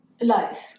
life